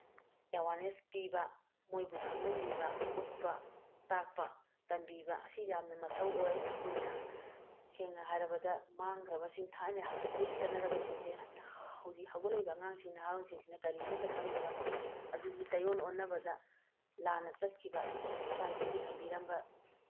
awareness ꯄꯤꯕ ꯃꯣꯏꯕꯨ ꯈꯪꯍꯟꯕꯤꯕ ꯎꯠꯄ ꯇꯥꯛꯄ ꯇꯝꯕꯤꯕ ꯑꯁꯤ ꯌꯥꯝꯅ ꯃꯊꯧ ꯑꯣꯏ ꯑꯩꯈꯣꯏꯅ ꯁꯦꯡꯅ ꯍꯥꯏꯔꯕꯗ ꯃꯥꯡꯈ꯭ꯔꯕꯁꯤꯡ ꯊꯥꯏꯅ ꯍꯥꯛꯇꯛꯇꯒꯤ ꯆꯠꯔꯛꯄꯁꯤꯡꯁꯦ ꯍꯧꯖꯤꯛ ꯍꯧꯒꯠꯂꯤꯏꯕ ꯑꯉꯥꯡꯁꯤꯡ ꯅꯍꯥꯔꯣꯟꯁꯤꯡꯁꯤꯅ ꯀꯔꯤ ꯑꯃꯠꯇ ꯈꯪꯗꯕ ꯑꯗꯨꯒꯤ ꯇꯩꯑꯣꯟ ꯑꯣꯟꯅꯕꯗ ꯂꯥꯟꯅ ꯆꯠꯈꯤꯕ ꯏꯄꯥ ꯏꯄꯨꯒꯤ ꯊꯝꯕꯤꯔꯝꯕ